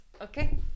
Okay